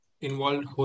involved